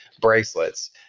bracelets